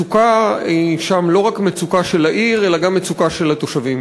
המצוקה שם היא לא רק מצוקה של העיר אלא גם מצוקה של התושבים.